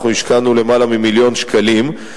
השקענו למעלה ממיליון שקלים.